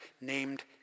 named